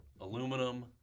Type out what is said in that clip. aluminum